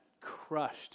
crushed